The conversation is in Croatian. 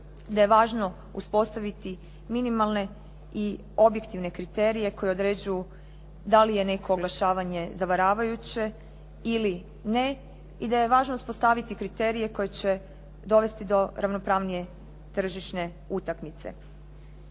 da je važno uspostaviti minimalne i objektivne kriterije koji određuju da li je neko oglašavanje zavaravajuće ili ne i da je važno uspostaviti kriterije koji će dovesti do ravnopravnije tržišne utakmice.